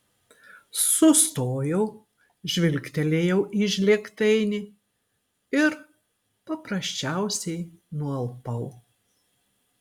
sustojau žvilgtelėjau į žlėgtainį ir paprasčiausiai nualpau